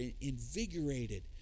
invigorated